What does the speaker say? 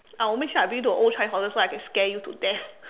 I will make sure I bring you to the old Changi hospital so I can scare you to death